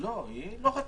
לא, היא לא חתמה.